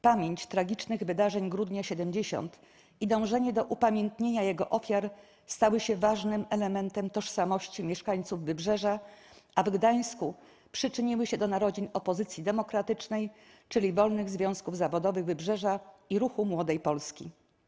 Pamięć tragicznych wydarzeń Grudnia ’70 i dążenie do upamiętnienia jego ofiar stały się ważnym elementem tożsamości mieszkańców Wybrzeża, a w Gdańsku przyczyniły się do narodzin opozycji demokratycznej, czyli Wolnych Związków Zawodowych Wybrzeża i Ruchu Młodej Polski.